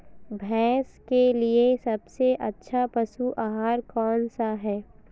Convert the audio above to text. भैंस के लिए सबसे अच्छा पशु आहार कौन सा है?